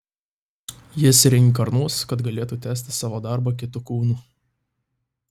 jis reinkarnuos kad galėtų tęsti savo darbą kitu kūnu